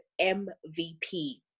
MVP